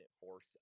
force